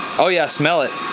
oh yeah, smell it.